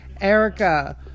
Erica